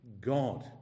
God